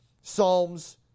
Psalms